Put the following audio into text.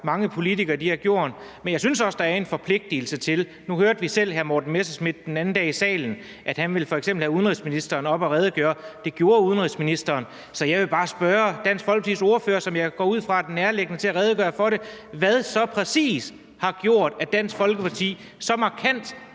mange politikere har gjort, men jeg synes også, at man har en forpligtigelse til at redegøre for det. Nu hørte vi f.eks. den anden dag i salen, at hr. Morten Messerschmidt ville have udenrigsministeren op og redegøre for det, og det gjorde udenrigsministeren. Så jeg vil bare spørge Dansk Folkepartis ordfører, som jeg går ud fra er den rette til at redegøre for det: Hvad har præcis gjort, at Dansk Folkeparti så markant